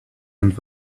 and